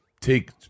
take